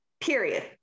Period